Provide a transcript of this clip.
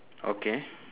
okay